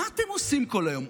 מה אתם עושים כל היום?